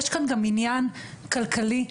יש פה גם עניין כלכלי מובהק,